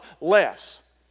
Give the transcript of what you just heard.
less